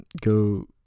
go